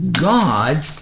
God